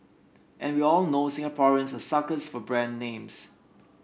and we all know Singaporeans are suckers for brand names